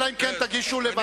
אלא אם כן תגישו לוועדת האתיקה.